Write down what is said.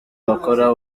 abakora